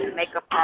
makeup